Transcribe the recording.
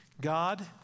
God